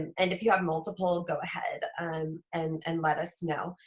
and and if you have multiple go ahead um and and let us know.